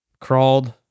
crawled